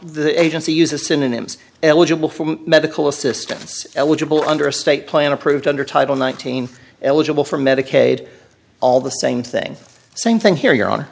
the agency uses synonyms eligible for medical assistance eligible under state plan approved under title nineteen eligible for medicaid all the same thing same thing here you're on